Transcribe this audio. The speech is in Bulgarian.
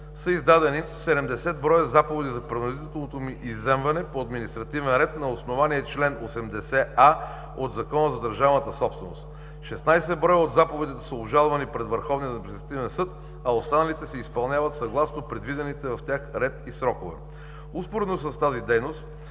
са издадени 70 броя заповеди за принудителното им изземване по административен ред на основание чл. 80а от Закона за държавната собственост. Шестнадесет броя от заповедите са обжалвани пред Върховния административен съд, а останалите се изпълняват съгласно предвидените в тях ред и срокове. Успоредно с тази дейност